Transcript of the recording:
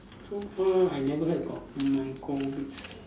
so far I never heard of micro bits